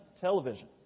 Television